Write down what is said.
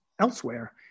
elsewhere